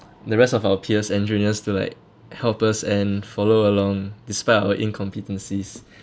the rest of our peers and juniors to like help us and follow along despite our incompetencies